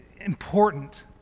important